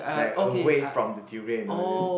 like away from the durian you know these